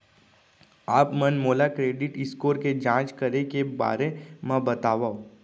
आप मन मोला क्रेडिट स्कोर के जाँच करे के बारे म बतावव?